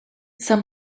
some